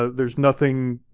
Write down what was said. ah there's nothing,